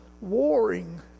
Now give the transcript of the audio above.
warring